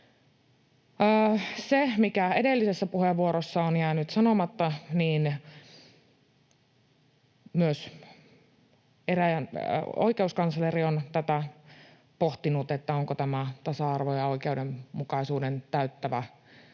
Se, mikä edellisessä puheenvuorossa on jäänyt sanomatta, on se, että myös oikeuskansleri on tätä pohtinut, että onko tämä tasa-arvon ja oikeudenmukaisuuden täyttävä, ja